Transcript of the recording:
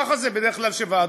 ככה זה בדרך כלל כשוועדות,